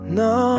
no